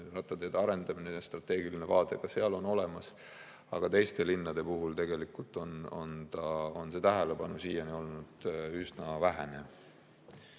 rattateede arendamine ja strateegiline vaade on ka seal olemas. Aga teiste linnade puhul on tegelikult see tähelepanu siiani olnud üsna vähene.